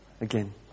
again